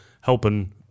helping